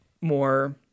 more